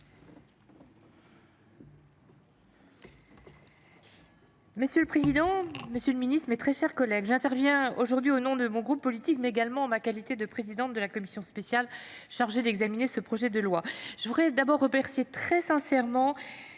Monsieur le président, monsieur le ministre, madame la secrétaire d’État, mes chers collègues, j’interviens aujourd’hui au nom de mon groupe politique, mais également en ma qualité de présidente de la commission spéciale chargée d’examiner ce projet de loi. Je voudrais tout d’abord remercier très sincèrement